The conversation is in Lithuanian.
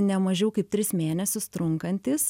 ne mažiau kaip tris mėnesius trunkantys